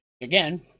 Again